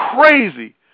crazy